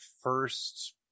first